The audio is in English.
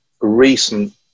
recent